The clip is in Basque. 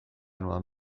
noan